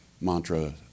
mantra